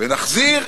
ונחזיר.